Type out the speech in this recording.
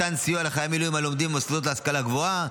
מתן סיוע לחיילי מילואים הלומדים במוסדות להשכלה גבוהה,